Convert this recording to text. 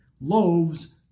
loaves